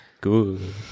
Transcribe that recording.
Good